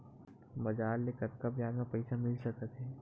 बजार ले कतका ब्याज म पईसा मिल सकत हे?